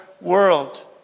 world